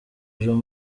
ejo